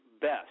best